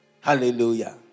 Hallelujah